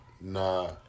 Nah